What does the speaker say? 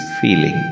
feeling